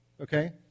okay